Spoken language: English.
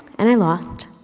and i lost,